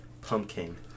Pumpkin